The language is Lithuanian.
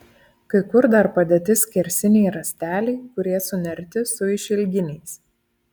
kai kur dar padėti skersiniai rąsteliai kurie sunerti su išilginiais